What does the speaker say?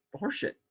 horseshit